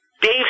Dave